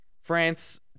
France